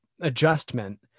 adjustment